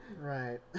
Right